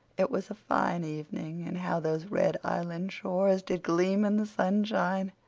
it was a fine evening and how those red island shores did gleam in the sunshine.